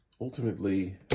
ultimately